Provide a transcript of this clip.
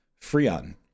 freon